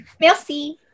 Merci